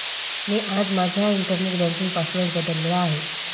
मी आज माझा internet banking password बदलला आहे